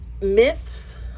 myths